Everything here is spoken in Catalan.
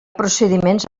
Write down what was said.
procediments